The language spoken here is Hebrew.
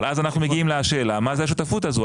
אבל אז אנחנו מגיעים לשאלה מה זה השותפות הזו?